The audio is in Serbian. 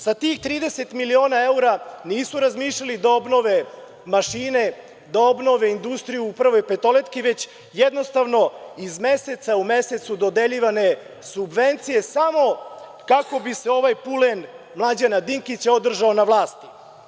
Sa tih 30 miliona evra nisu razmišljali da obnove mašine, da obnove industriju u „Prvoj petoletki“, već jednostavno iz meseca u mesec su dodeljivane subvencije samo kako bi se ovaj pulen Mlađana Dinkića održao na vlasti.